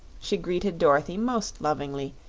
she greeted dorothy most lovingly,